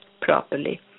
properly